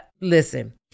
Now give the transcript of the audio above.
Listen